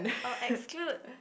uh exclude